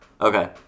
Okay